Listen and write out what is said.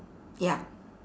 ya